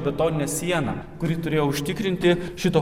betoninė siena kuri turėjo užtikrinti šito